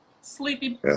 sleepy